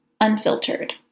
unfiltered